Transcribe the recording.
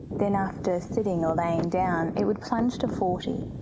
then after sitting or laying down, it would plunge to forty.